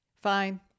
fine